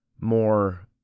more